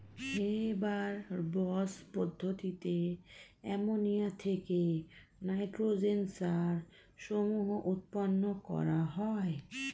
Haber Bosch পদ্ধতিতে ammonia থেকে nitrogen সার সমূহ উৎপন্ন করা হয়